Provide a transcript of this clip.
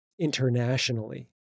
internationally